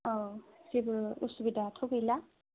औ जेबो उसुबिदाथ' गैला